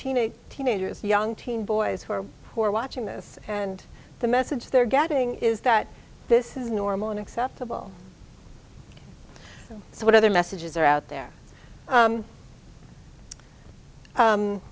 teenage teenagers young teen boys who are poor watching this and the message they're getting is that this is normal and acceptable so what other messages are out there